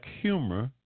humor